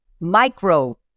micro